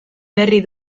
berri